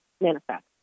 manifest